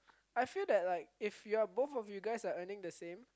I feel that like if you're both of you guys are earning the same